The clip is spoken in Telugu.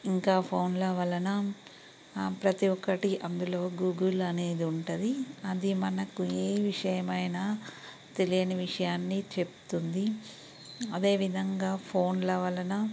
ఇంకా ఫోన్ల వలన ప్రతి ఒక్కటి అందులో గూగుల్ అనేది ఉంటుంది అది మనకు ఏ విషయమైనా తెలియని విషయాన్ని చెప్తుంది అదేవిధంగా ఫోన్ల వలన